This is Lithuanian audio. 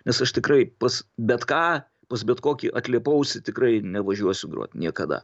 nes aš tikrai pas bet ką pas bet kokį atlėpausį tikrai nevažiuosiu grot niekada